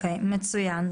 מצוין.